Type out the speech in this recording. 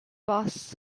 boss